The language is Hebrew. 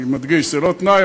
אני מדגיש: זה לא תנאי,